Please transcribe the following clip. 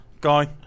guy